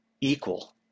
equal